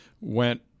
went